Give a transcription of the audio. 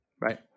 Right